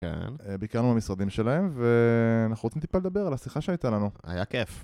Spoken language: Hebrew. ביקרנו במשרדים שלהם, ואנחנו רוצים טיפה לדבר על השיחה שהייתה לנו. היה כיף!